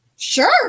Sure